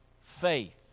faith